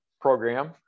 program